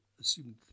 assume